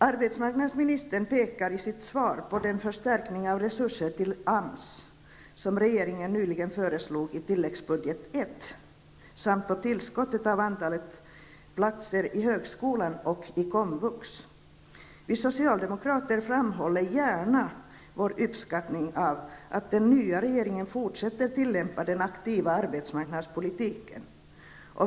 Arbetsmarknadsministern pekar i sitt svar på den förstärkning av resurser till AMS som regeringen nyligen föreslog i tilläggsbudget I samt på tillskottet av platser i högskolan och komvux. Vi socialdemokrater framhåller gärna vår uppskattning av att den nya regeringen fortsätter att tillämpa den aktiva arbetsmarknadspolitiken.